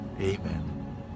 amen